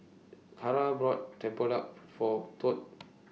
Cara bought Tempoyak For Tod